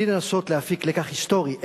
בלי לנסות להפיק לקח היסטורי,